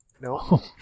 No